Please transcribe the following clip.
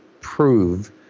prove